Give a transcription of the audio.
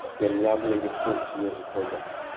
the unraveling of forty years of progress.